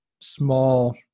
small